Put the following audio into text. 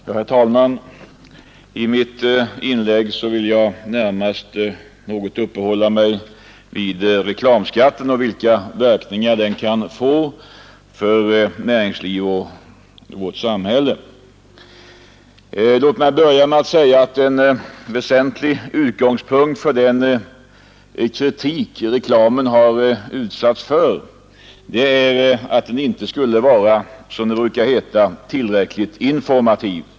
Herr talman! I mitt inlägg vill jag något uppehålla mig vid reklamskatten och de verkningar den kan få för näringslivet och samhället. En väsentlig utgångspunkt för den kritik reklamen utsatts för är att den inte skulle vara tillräckligt informativ.